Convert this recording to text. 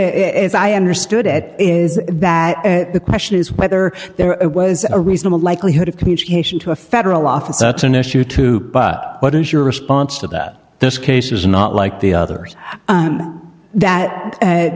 if i understood at is that the question is whether there was a reasonable likelihood of communication to a federal officer that's an issue to what is your response to that this case is not like the others that